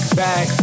back